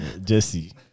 jesse